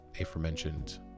aforementioned